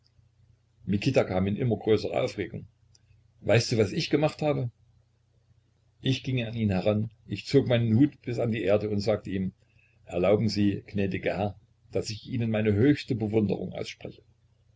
mikita kam in immer größere aufregung weißt du was ich gemacht habe ich ging an ihn heran ich zog meinen hut bis an die erde und sagte ihm erlauben sie gnädiger herr daß ich ihnen meine höchste bewunderung ausspreche